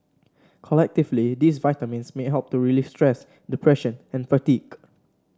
collectively these vitamins may help to relieve stress depression and fatigue